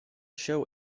show